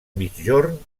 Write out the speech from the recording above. migjorn